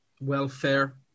welfare